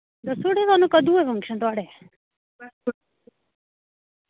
दस्सूड़े थोआनू कदूं ऐ फंक्शन थुआढ़ै